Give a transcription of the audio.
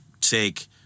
take